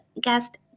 guest